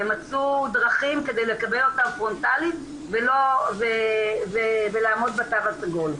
והם מצאו דרכים כדי לקבל אותם פרונטלית ולעמוד בתו הסגול.